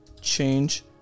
change